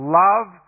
love